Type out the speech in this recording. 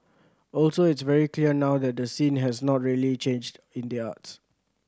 also it's very clear now that the scene has not really changed in the arts